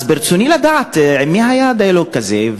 אז ברצוני לדעת: עם מי היה דיאלוג כזה,